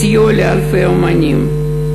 סיוע לאלפי אמנים.